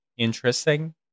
Interesting